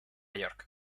york